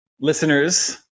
listeners